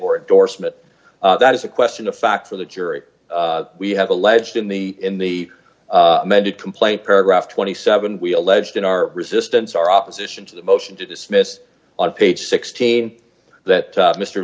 or door smith that is a question of fact to the jury we have alleged in the in the amended complaint paragraph twenty seven we alleged in our resistance our opposition to the motion to dismiss on page sixteen that